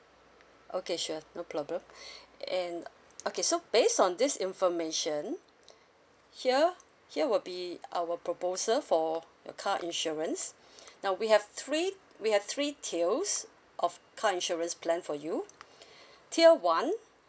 okay sure no problem and uh okay so based on this information here here will be our proposal for your car insurance now we have three we have three tiers of car insurance plan for you tier one